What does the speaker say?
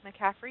McCaffrey